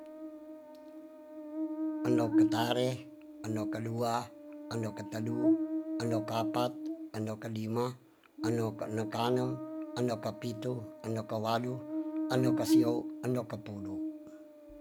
Endo katare endo kadua endo katedu endo ka apat endo kadima endo ka anem endo ka pitu endo ka wadu endo ka siou endo ka pudu